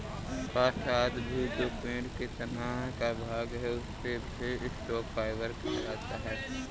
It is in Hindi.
काष्ठ आदि भी जो पेड़ के तना का भाग है, उसे भी स्टॉक फाइवर कहा जाता है